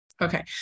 Okay